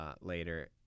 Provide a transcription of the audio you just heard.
later